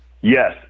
Yes